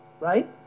right